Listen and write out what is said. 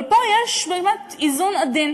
אבל פה יש, באמת, איזון עדין.